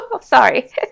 Sorry